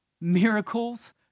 miracles